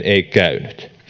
ei käynyt